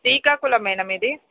శ్రీకాకుళమేనా మీది